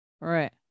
Right